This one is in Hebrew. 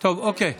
ועדה.